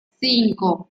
cinco